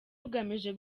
rugamije